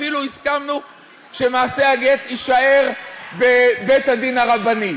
אפילו הסכמנו שמעשה הגט יישאר בבית-הדין הרבני,